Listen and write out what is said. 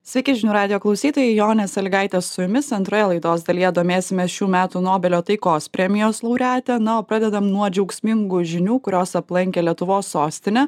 sveiki žinių radijo klausytojai jonė saligaitė su jumis antroje laidos dalyje domėsimės šių metų nobelio taikos premijos laureate na o pradedam nuo džiaugsmingų žinių kurios aplankė lietuvos sostinę